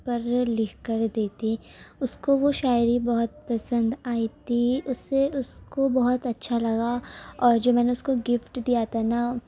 gift پر لکھ کر دیتی اس کو وہ شاعری بہت پسند آئی تھی اسے اس کو بہت اچھا لگا اور جو میں نے اس کو گفٹ دیا تھا نا